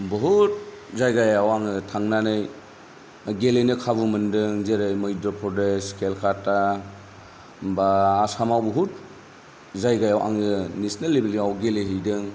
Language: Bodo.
बहुथ जायगायाव आङो थांनानै गेलेनो खाबु मोनदों जेरै मैद्य' प्रदेश केलकाटा बा आसामाव बहुथ जायगायाव आङो नेशनेल लेभेलाव गेलेहैदों